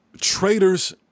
traders